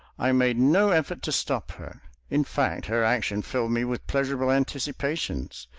i made no effort to stop her in fact her action filled me with pleasurable anticipations.